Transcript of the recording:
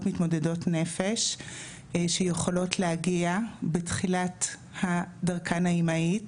מתמודדות נפש שיכולות להגיע בתחילת דרכן האימהית